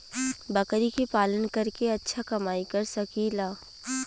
बकरी के पालन करके अच्छा कमाई कर सकीं ला?